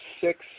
six